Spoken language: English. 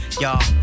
y'all